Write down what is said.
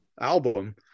album